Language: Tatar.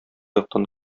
яктан